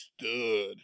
stood